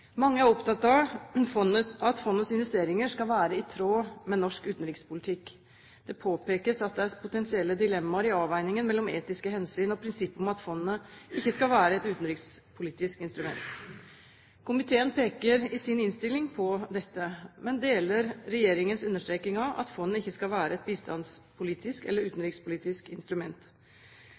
Mange er opptatt av at fondets investeringer skal være i tråd med norsk utenrikspolitikk. Det påpekes at det er potensielle dilemmaer i avveiningen mellom etiske hensyn og prinsippet om at fondet ikke skal være et utenrikspolitisk instrument. Komiteen peker i sin innstilling på dette, men deler regjeringens understreking av at fondet ikke skal være et bistandspolitisk eller utenrikspolitisk instrument.